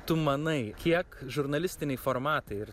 tu manai kiek žurnalistiniai formatai ir